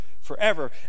forever